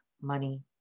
Money